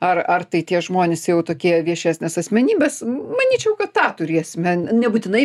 ar ar tai tie žmonės jau tokie viešesnės asmenybės manyčiau kad tą turėsime nebūtinai